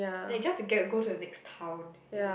like just to get go to the next town you know